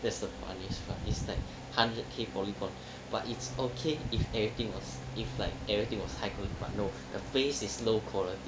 that's the funniest part it's like hundred K polygon but it's okay if everything was if like everything was high quality but no the face is low quality